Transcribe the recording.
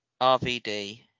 RVD